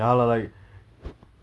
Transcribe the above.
it's like always at home